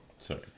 Sorry